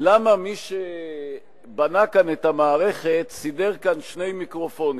למה מי שבנה כאן את המערכת סידר כאן שני מיקרופונים,